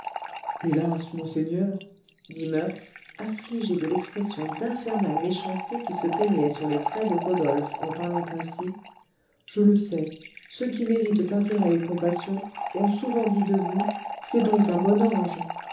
hélas monseigneur dit murph affligé de l'expression d'infernale méchanceté qui se peignait sur les traits de rodolphe en parlant ainsi je le sais ceux qui méritent intérêt et compassion ont souvent dit de vous c'est donc un bon ange